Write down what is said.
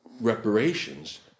reparations